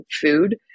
food